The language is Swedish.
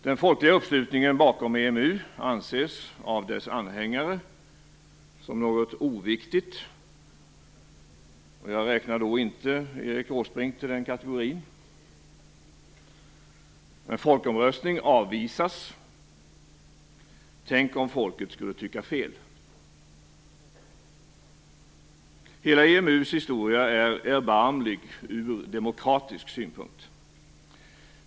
Den folkliga uppslutningen bakom EMU anses av dess anhängare som något oviktigt. Jag räknar dock inte Erik Åsbrink till den kategorin. En folkomröstning avvisas - tänk om folket skulle tycka fel! Hela EMU:s historia är erbarmlig från demokratisk synpunkt.